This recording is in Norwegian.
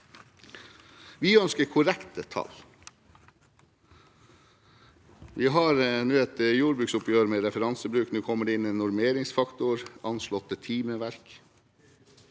Vi ønsker korrekte tall. Vi har nå et jordbruksoppgjør med referansebruk, nå kommer det inn en normeringsfaktor, anslåtte timeverk.